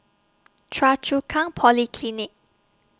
Choa Chu Kang Polyclinic